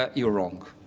ah you're wrong.